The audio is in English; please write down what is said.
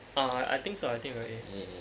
uh I think so I think I got A